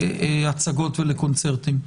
להצגות ולקונצרטים.